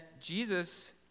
Jesus